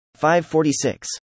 546